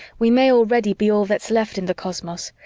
we may already be all that's left in the cosmos,